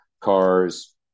cars